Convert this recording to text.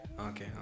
Okay